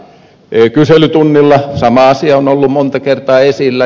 kyselytunnilla sama asia on ollut monta kertaa esillä